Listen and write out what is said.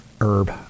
Herb